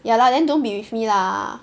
ya lah then don't be with me lah